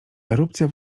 erupcja